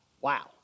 Wow